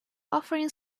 offering